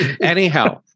Anyhow